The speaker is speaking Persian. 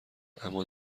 اما